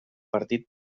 partit